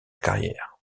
carrière